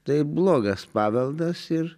tai blogas paveldas ir